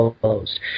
closed